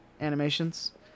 animations